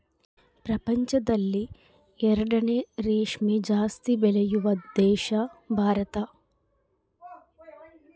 ಪ್ರಪಂಚದಲ್ಲಿ ಎರಡನೇ ರೇಷ್ಮೆ ಜಾಸ್ತಿ ಬೆಳೆಯುವ ದೇಶ ಭಾರತ